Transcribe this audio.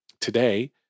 Today